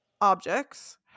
objects